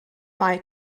mae